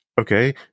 okay